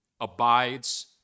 abides